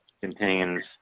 contains